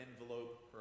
envelope